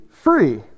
free